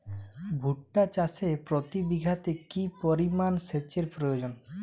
ভুট্টা চাষে প্রতি বিঘাতে কি পরিমান সেচের প্রয়োজন?